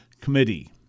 Committee